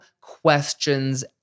questions